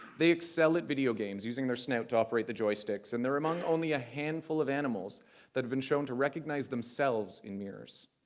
they excel at video games using their snout to operate the joysticks. and they're among only a handful of animals that have been shown to recognize themselves in mirrors.